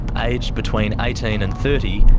aged between eighteen and thirty,